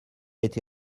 été